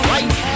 Right